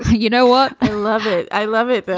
ah you know what? i love it. i love it.